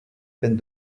peine